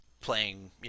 playing